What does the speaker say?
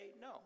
no